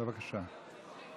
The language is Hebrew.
בבקשה.